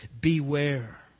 Beware